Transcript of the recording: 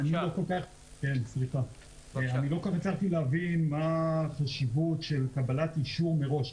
אני לא הצלחתי להבין מה החשיבות של קבלת אישור מראש.